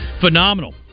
Phenomenal